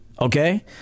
Okay